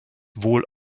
wohl